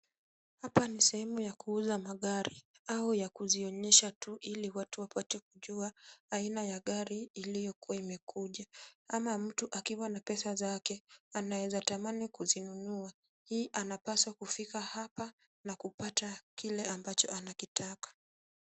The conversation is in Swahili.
Hapa ni sehemu ya kuuza magari au ya kuzionyesha tu ili watu wapate kujua aina ya gari iliyokuwa imekuja ama mtu akiwa na pesa zake, anaweza tamani kuzinunua. Hii anapaswa kufika hapa na kupata kile ambacho anakitaka.